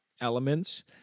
elements